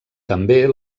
també